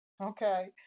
okay